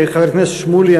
חבר הכנסת שמולי,